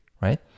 right